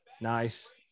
Nice